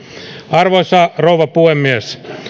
arvoisa rouva puhemies